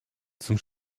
zum